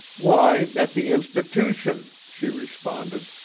why, at the institootion, she responded,